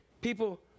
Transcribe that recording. people